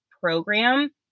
program